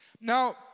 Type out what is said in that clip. Now